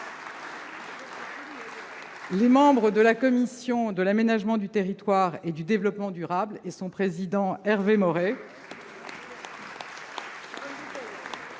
les membres de la commission de l'aménagement du territoire et du développement durable et son président, M. Hervé Maurey,